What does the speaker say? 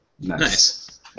Nice